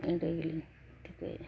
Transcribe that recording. ᱮᱸᱰᱮᱞᱤᱧ ᱴᱷᱤᱠᱟᱹᱭᱮᱫᱼᱟ